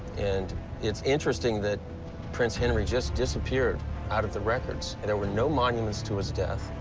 and it's interesting that prince henry just disappeared out of the records, and there were no monuments to his death.